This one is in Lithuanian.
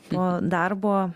po darbo